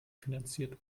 finanziert